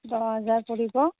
দহ হাজাৰ পৰিব